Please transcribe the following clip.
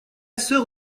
sœur